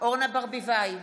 אורנה ברביבאי,